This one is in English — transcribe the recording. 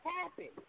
happy